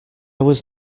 was